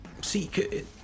See